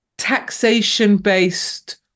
taxation-based